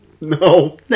No